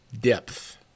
depth